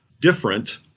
different